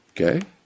Okay